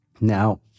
Now